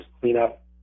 cleanup